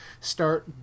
start